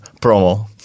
promo